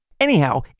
Anyhow